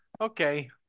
Okay